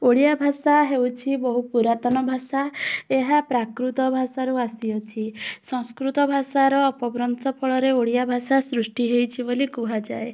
ଓଡ଼ିଆ ଭାଷା ହେଉଛି ବହୁ ପୁରାତନ ଭାଷା ଏହା ପ୍ରାକୃତ ଭାଷାରୁ ଆସିଅଛି ସଂସ୍କୃତ ଭାଷାର ଅପଭ୍ରଂଶ ଫଳରେ ଓଡ଼ିଆ ଭାଷା ସୃଷ୍ଟି ହେଇଛି ବୋଲି କୁହାଯାଏ